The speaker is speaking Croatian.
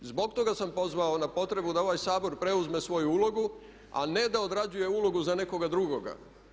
Zbog toga sam pozvao na potrebu da ovaj Sabor preuzme svoju ulogu a ne da odrađuje ulogu za nekoga drugoga.